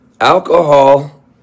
Alcohol